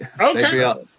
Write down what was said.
Okay